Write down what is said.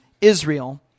Israel